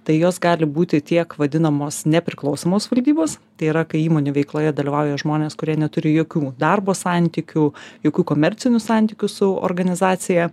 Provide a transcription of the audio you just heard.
tai jos gali būti tiek vadinamos nepriklausomos valdybos tai yra kai įmonių veikloje dalyvauja žmonės kurie neturi jokių darbo santykių jokių komercinių santykių su organizacija